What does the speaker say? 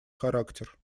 характер